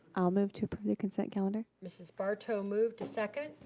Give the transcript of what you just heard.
i'll move to approve the consent calendar. mrs. barto moved. to second?